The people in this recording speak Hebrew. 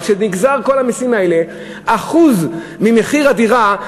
אבל כשנגזרים כל המסים האלה כאחוז ממחיר הדירה,